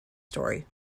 story